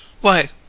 Why